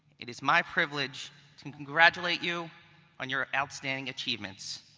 it is my privilege to congratulate you on your outstanding achievements.